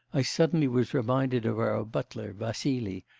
i suddenly was reminded of our butler, vassily,